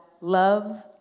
love